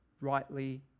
rightly